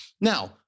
Now